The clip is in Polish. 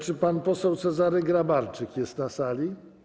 Czy pan poseł Cezary Grabarczyk jest na sali?